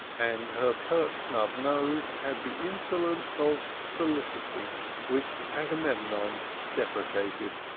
and her pert snub nose had the insolence of felicity which agamemnon deprecated.